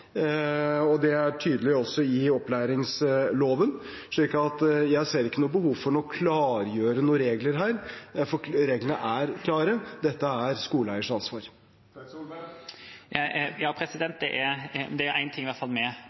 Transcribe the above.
og det er tydelig også i opplæringsloven. Jeg ser ikke behov for å klargjøre noen regler her, for reglene er klare – dette er skoleeiers ansvar. Det er i hvert fall én ting vi i